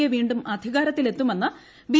A വീണ്ടും അധികാരത്തിലെത്തുമെന്ന് B